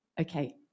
okay